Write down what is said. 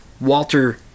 Walter